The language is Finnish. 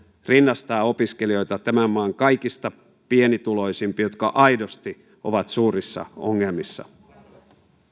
rinnastaa opiskelijoita tämän maan kaikista pienituloisimpiin jotka aidosti ovat suurissa ongelmissa